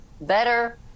better